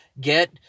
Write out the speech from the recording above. Get